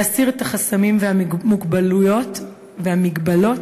להסיר את החסמים והמוגבלויות והמגבלות,